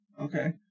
Okay